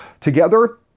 Together